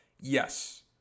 Yes